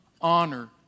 honor